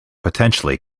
potentially